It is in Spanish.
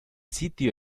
sitio